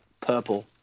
purple